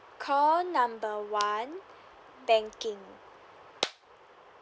call number one banking